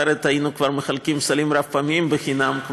אחרת כבר היינו מחלקים סלים רב-פעמיים בחינם,